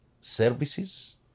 services